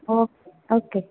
okay okay